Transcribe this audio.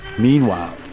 meanwhile,